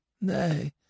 Nay